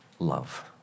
love